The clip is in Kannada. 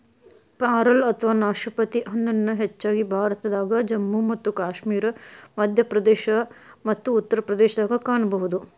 ಪ್ಯಾರಲ ಅಥವಾ ನಾಶಪತಿ ಹಣ್ಣನ್ನ ಹೆಚ್ಚಾಗಿ ಭಾರತದಾಗ, ಜಮ್ಮು ಮತ್ತು ಕಾಶ್ಮೇರ, ಮಧ್ಯಪ್ರದೇಶ ಮತ್ತ ಉತ್ತರ ಪ್ರದೇಶದಾಗ ಕಾಣಬಹುದು